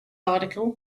article